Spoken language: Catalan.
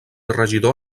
regidor